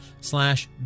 slash